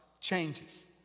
changes